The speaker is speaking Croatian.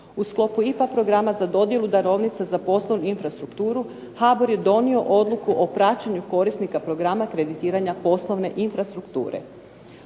U sklopu IPA programa za dodjelu darovnica za poslovnu infrastrukturu HBOR je donio odluku o praćenju korisnika programa kreditiranja poslovne infrastrukture.